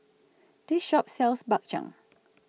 This Shop sells Bak Chang